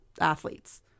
athletes